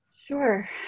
Sure